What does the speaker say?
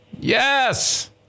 Yes